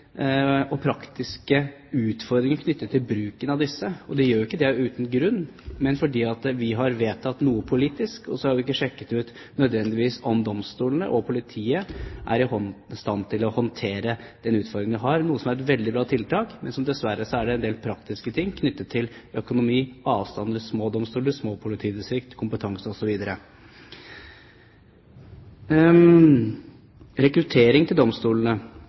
og praktiske utfordringer knyttet til bruken av disse, og de gjør jo ikke det uten grunn. Men vi har vedtatt noe politisk, og så har vi ikke sjekket ut om domstolene og politiet nødvendigvis er i stand til å håndtere den utfordringen de har. Dette er et veldig bra tiltak, men dessverre er det en del praktiske ting knyttet til økonomi, avstander, små domstoler, små politidistrikt, kompetanse, osv. Rekruttering til domstolene